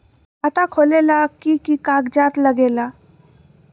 खाता खोलेला कि कि कागज़ात लगेला?